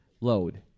load